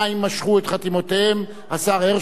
השר הרשקוביץ וחבר הכנסת טלב אלסאנע,